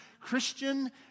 Christian